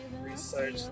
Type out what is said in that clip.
research